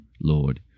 Lord